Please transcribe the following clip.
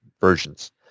versions